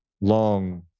long